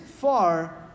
far